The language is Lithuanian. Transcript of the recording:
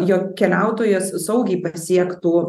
jog keliautojas saugiai pasiektų